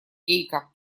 гейка